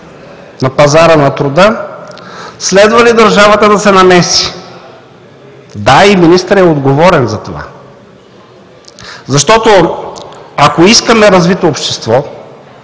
на пазара на труда, следва ли държавата да се намеси? Да, и министърът е отговорен за това. Защото, ако искаме развито общество,